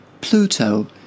Pluto